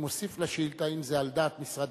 הייתי מוסיף לשאילתא: האם זה על דעת משרד